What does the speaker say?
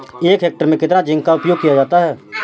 एक हेक्टेयर में कितना जिंक का उपयोग किया जाता है?